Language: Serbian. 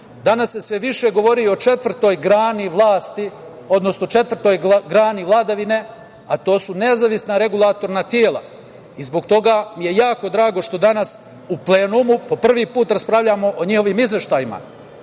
danas se sve više govori i o četvrtoj grani vlasti, odnosno četvrtoj grani vladavine, a to su nezavisna regulatorna tela. Zbog toga mi je jako drago što danas u plenumu, po prvi put, raspravljamo o njihovim izveštajima,